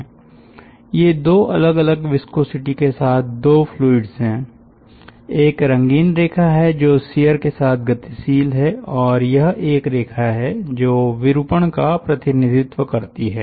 ये दो अलग अलग विस्कोसिटी के साथ दो फ्लुइड्स हैंएक रंगीन रेखा है जो शियर के साथ गतिशील है और यह एक रेखा है जो विरूपण का प्रतिनिधित्व करती है